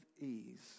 ease